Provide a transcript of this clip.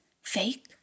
fake